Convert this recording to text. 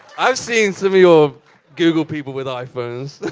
i've seen some of your google people with iphones.